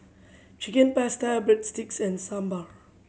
Chicken Pasta Breadsticks and Sambar